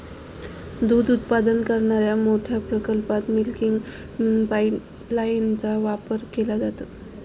दूध उत्पादन करणाऱ्या मोठ्या प्रकल्पात मिल्किंग पाइपलाइनचा वापर केला जातो